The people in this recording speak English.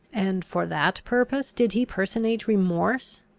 and for that purpose did he personate remorse,